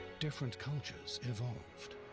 different cultures evolved.